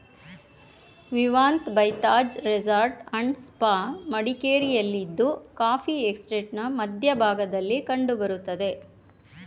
Vivanta by Taj resort and spa ಮಡಿಕೇರಿಯಲ್ಲಿದ್ದು coffee ಎಸ್ಟೇಟ್ನ ಮಧ್ಯ ಭಾಗದಲ್ಲಿ ಕಂಡ್ ಬರ್ತದೆ